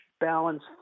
balance